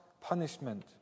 punishment